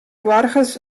boargers